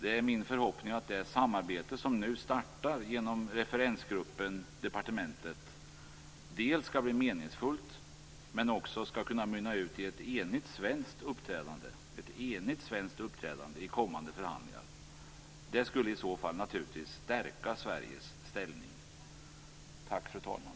Det är min förhoppning att det samarbete som nu startar genom referensgruppen/departementet skall bli meningsfullt men också kunna mynna ut i ett enigt svenskt uppträdande i kommande förhandlingar. Det skulle i så fall naturligtvis stärka Sveriges ställning. Tack, fru talman!